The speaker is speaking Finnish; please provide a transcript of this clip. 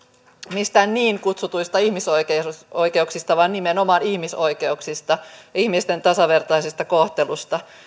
mistään niin kutsutuista ihmisoikeuksista vaan nimenomaan ihmisoikeuksista ja ihmisten tasavertaisesta kohtelusta